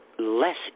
less